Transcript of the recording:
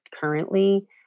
currently